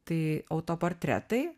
tai autoportretai